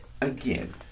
Again